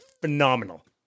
phenomenal